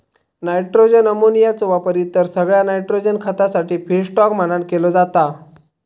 nitrogen अमोनियाचो वापर इतर सगळ्या नायट्रोजन खतासाठी फीडस्टॉक म्हणान केलो जाता